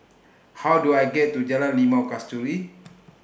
How Do I get to Jalan Limau Kasturi